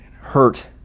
hurt